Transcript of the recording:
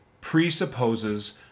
presupposes